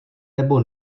nebo